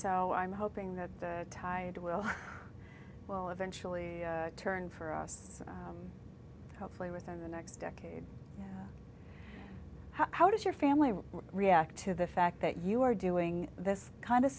so i'm hoping that the tide will well eventually turn for us hopefully within the next decade how does your family react to the fact that you are doing this kind of